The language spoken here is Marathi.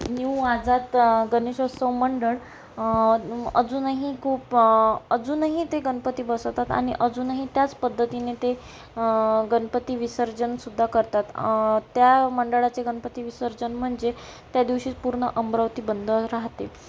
न्यू आझाद गणेश उत्सव मंडळ अजूनही खूप अजूनही ते गणपती बसवतात आणि अजूनही त्याच पद्धतीने ते गणपती विसर्जनसुद्धा करतात त्या मंडळाचे गणपती विसर्जन म्हणजे त्या दिवशी पूर्ण अमरावती बंद राहते